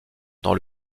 dans